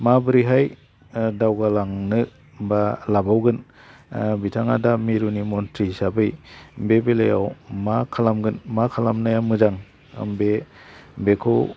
माबोरैहाय दावगालांनो बा लाबावगोन बिथाङा दा मिरुनि म'न्थ्रि हिसाबै बे बेलायाव मा खालामगोन मा खालामनाया मोजां बे बेखौ